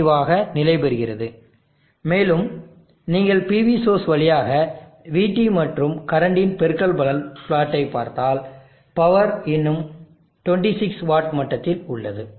5 ஆக நிலைபெறுகிறது மேலும் நீங்கள் PV சோர்ஸ் வழியாக VT மற்றும் கரன்டின் பெருக்கல்பலன் பிளாட்டை பார்த்தால் பவர் இன்னும் 26 வாட் மட்டத்தில் உள்ளது